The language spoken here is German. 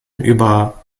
über